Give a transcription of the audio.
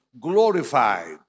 glorified